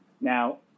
Now